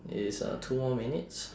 it's uh two more minutes